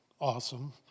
awesome